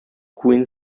queen